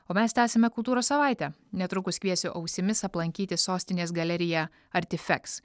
o mes tęsiame kultūros savaitę netrukus kviesiu ausimis aplankyti sostinės galeriją artifeks